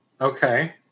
Okay